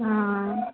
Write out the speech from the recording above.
ஆ